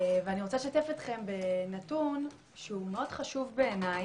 אני רוצה לשתף אתכם בנתון שהוא מאוד חשוב בעיניי,